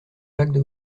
jacques